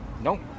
No